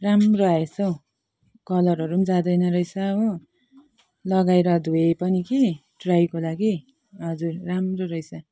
राम्रो आएछ हौ कलरहरू जाँदैन रहेछ हो लगाएर धोएँ पनि कि ट्राईको लागि हजुर राम्रो रहेछ